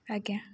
ଆଜ୍ଞା